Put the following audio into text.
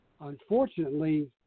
Unfortunately